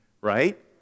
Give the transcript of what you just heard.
right